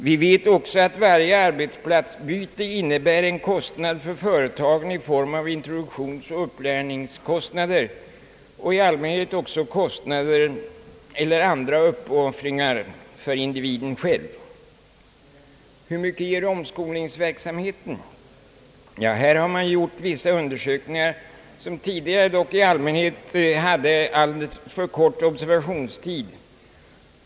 Vi vet också att varje arbetsplatsbyte innebär en kostnad för företagen i form av introduktionsoch upplärningskostnader och i allmänhet också kostnader eller andra uppoffringar för individen själv. Hur mycket ger omskolningsverksamheten? Ja, här har man gjort vissa undersökningar, tidigare dock i allmänhet med alldeles för kort observationstid.